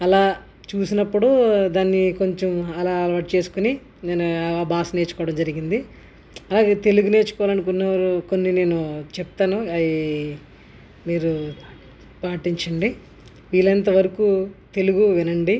అలా చూసినప్పుడు దాన్ని కొంచెం అలా అలవాటు చేసుకుని నేను ఆ భాష నేర్చుకోవడం జరిగింది అలాగే తెలుగు నేర్చుకోవాలి అనుకున్న వారు కొన్ని నేను చెప్తాను అవి మీరు పాటించండి వీలైనంతవరకు తెలుగు వినండి